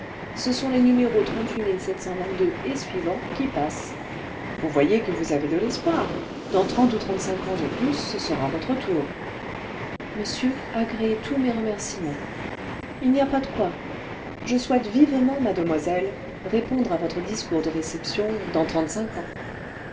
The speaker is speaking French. ce sont les numéros et suivants qui passent vous le vingtième siècle voyez que vous avez de l'espoir dans trente ou trente-cinq ans au plus ce sera votre tour monsieur agréez tous mes remerciements el n'y a pas de quoi je souhaite vivement mademoiselle répondre à votre discours de réception dans